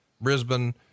Brisbane